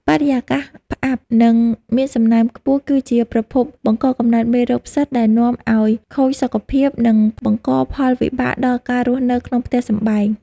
បរិយាកាសផ្អាប់ និង មានសំណើមខ្ពស់គឺជាប្រភពបង្កកំណើតមេរោគផ្សិតដែលនាំឱ្យខូចសុខភាព និង បង្កផលវិបាកដល់ការរស់នៅក្នុងផ្ទះសម្បែង។